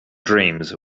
dreams